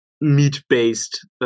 meat-based